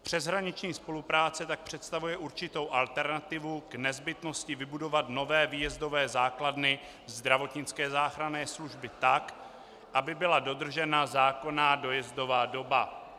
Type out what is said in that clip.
Přeshraniční spolupráce tak představuje určitou alternativu k nezbytnosti vybudovat nové výjezdové základny zdravotnické záchranné služby tak, aby byla dodržena zákonná dojezdová doba.